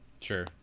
Sure